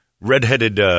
redheaded